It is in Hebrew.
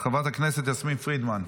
חברת הכנסת יסמין פרידמן,